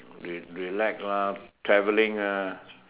re relax lah traveling lah